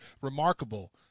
remarkable